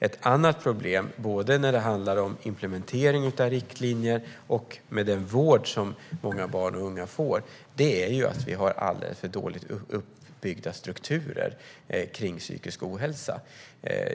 Ett annat problem vad gäller både implementering av riktlinjer och den vård som många barn och unga får är att vi har för dåligt uppbyggda strukturer runt psykisk ohälsa.